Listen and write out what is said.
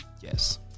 yes